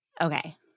Okay